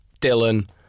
Dylan